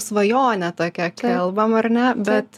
svajonę tokią kalbam ar ne bet